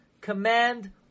command